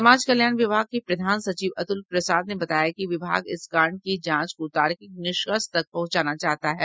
समाज कल्याण विभाग के प्रधान सचिव अतुल प्रसाद ने बताया कि विभाग इस कांड की जांच को तार्किक निष्कर्ष तक पहुंचाना चाहता है